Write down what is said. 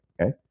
okay